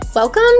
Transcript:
Welcome